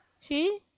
See